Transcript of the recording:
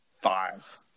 five